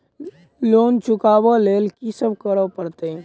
Loan चुका ब लैल की सब करऽ पड़तै?